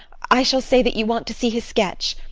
i shall say that you want to see his sketch.